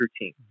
routine